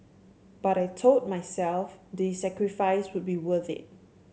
but I told myself the sacrifices would be worth it